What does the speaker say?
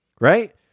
right